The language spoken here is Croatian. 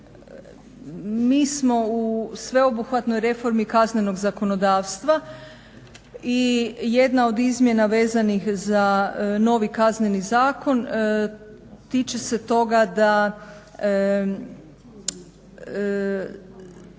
Mi smo u sveobuhvatnoj reformi kaznenog zakonodavstva i jedna od izmjena vezanih za novi Kazneni zakon tiče se toga da